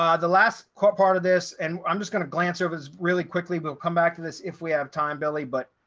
um the last part of this and i'm just gonna glance over this really quickly, we'll come back to this if we have time belly, but